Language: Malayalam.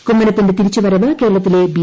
കുമ്മനത്തിന്റെ തിരിച്ച് വരവ് കേരളത്തിലെ ബി